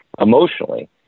emotionally